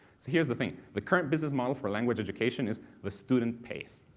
so here's the thing the current business model for language education is the student pays.